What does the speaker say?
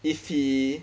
if he